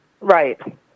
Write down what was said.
Right